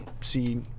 see –